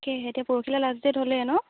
তাকেহে এতিয়া পৰহিলৈ লাষ্ট ডেট হ'লেই ন